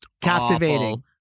captivating